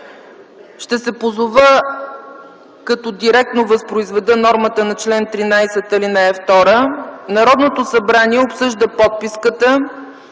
Ще се позова, като директно възпроизведа нормата на чл. 13, ал. 2: „Народното събрание обсъжда подписката,